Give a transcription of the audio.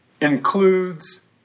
includes